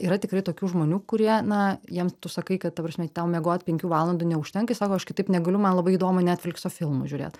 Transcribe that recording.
yra tikrai tokių žmonių kurie na jiem tu sakai kad ta prasme tau miegot penkių valandų neužtenka jie sako aš kitaip negaliu man labai įdomu netflikso filmus žiūrėt